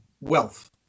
wealth